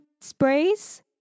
sprays